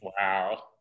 Wow